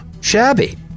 shabby